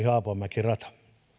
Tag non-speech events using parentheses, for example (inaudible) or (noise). (unintelligible) haapamäki radan